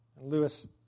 Lewis